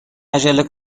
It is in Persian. عجله